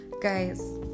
Guys